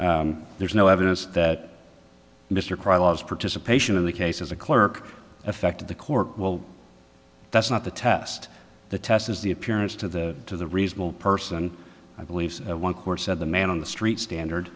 there is no evidence that mr crowd loves participation in the case as a clerk affect the court well that's not the test the test is the appearance to the to the reasonable person i believe one court said the man on the street standard